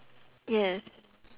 yes